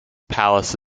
palace